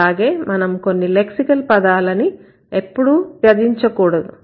అలాగే మనం కొన్ని లెక్సికల్ పదాలని ఎప్పుడూ త్యజించకూడదు